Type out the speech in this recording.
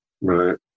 Right